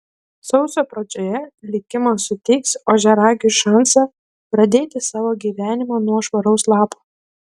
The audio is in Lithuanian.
sausio pradžioje likimas suteiks ožiaragiui šansą pradėti savo gyvenimą nuo švaraus lapo